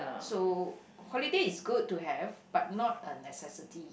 so holidays is good to have but not a necessity